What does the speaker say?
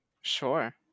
Sure